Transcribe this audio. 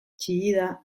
txillida